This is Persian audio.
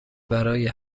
برای